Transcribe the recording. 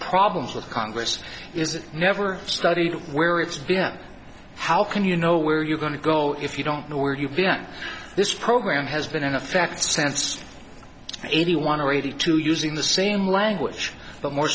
problems with congress is never studied where it's been how can you know where you're going to go if you don't know where you've been this program has been in effect sense eighty one or eighty two using the same language but more